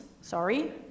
sorry